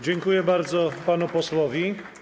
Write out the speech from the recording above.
Dziękuję bardzo panu posłowi.